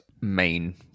main